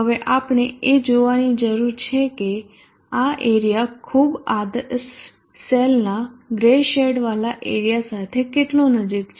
હવે આપણે એ જોવાની જરૂર છે કે આ એરીયા ખૂબ આદર્શ સેલના ગ્રે શેડવાળા એરીયા સાથે કેટલો નજીક છે